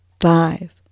five